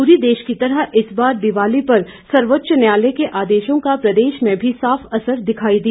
पूरे देश की तरह इस बार दिवाली पर सर्वोच्च न्यायालय के आदेशों का प्रदेश में भी साफ असर दिखाई दिया